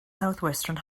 southwestern